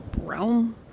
Realm